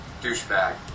douchebag